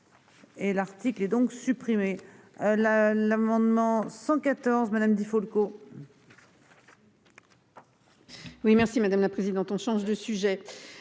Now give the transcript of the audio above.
Et l'article et donc supprimer. La l'amendement 114 madame Di Folco.